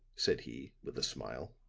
said he, with a smile.